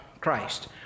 Christ